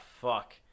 fuck